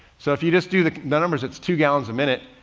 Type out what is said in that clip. so if you just do the numbers, it's two gallons a minute,